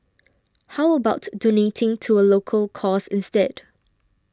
how about donating to a local cause instead